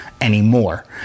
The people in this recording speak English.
anymore